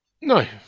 No